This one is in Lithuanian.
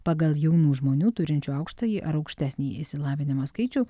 pagal jaunų žmonių turinčių aukštąjį ar aukštesnįjį išsilavinimą skaičių